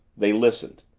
they listened.